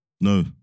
No